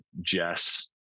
Jess